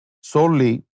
solely